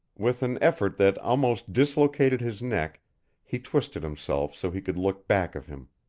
with an effort that almost dislocated his neck he twisted himself so he could look back of him.